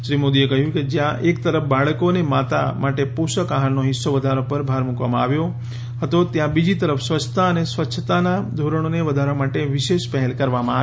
શ્રી મોદીએ કહ્યું કે જ્યાં એક તરફ બાળકો અને માતા માટે પોષક આહારનો હિસ્સો વધારવા પર ભાર મૂકવામાં આવ્યો હતો ત્યાં બીજી તરફ સ્વચ્છતા અને સ્વચ્છતાના ધોરણોને વધારવા માટે વિશેષ પહેલ કરવામાં આવી હતી